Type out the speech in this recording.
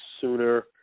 sooner